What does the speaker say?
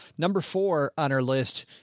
number four on our list.